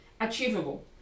Achievable